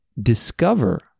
discover